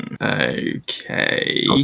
Okay